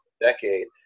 decade